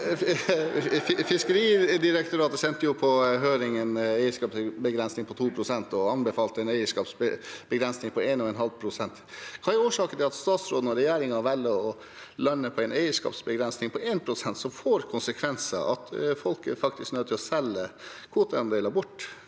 Fiskeridirek- toratet sendte på høring en eierskapsbegrensning på 2 pst. og anbefalte en eierskapsbegrensning på 1,5 pst. Hva er årsaken til at statsråden og regjeringen velger å lande på en eierskapsbegrensning på 1 pst., som får konsekvenser ved at folk faktisk er nødt til å selge kvoteandeler for